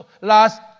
last